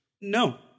No